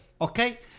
okay